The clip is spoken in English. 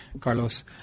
Carlos